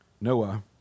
Noah